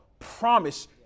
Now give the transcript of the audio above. promise